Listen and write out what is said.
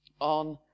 on